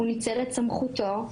הוא ניצל את סמכותו.